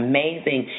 Amazing